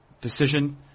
decision